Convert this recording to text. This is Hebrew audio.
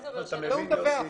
ואנחנו נדווח.